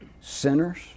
sinners